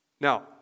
Now